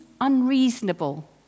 unreasonable